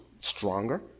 stronger